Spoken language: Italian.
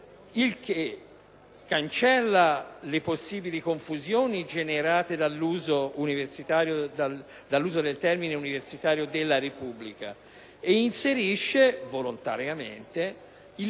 Ciò cancellerebbe le possibili confusioni generate dall'uso del termine "universitario della Repubblica" e inserisce volontariamente il